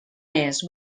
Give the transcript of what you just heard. més